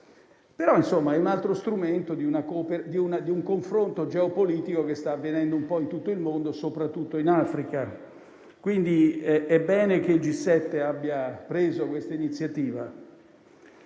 di un altro strumento di un confronto geopolitico che sta avvenendo in tutto il mondo, soprattutto in Africa. Quindi è bene che il G7 abbia preso questa iniziativa.